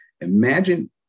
Imagine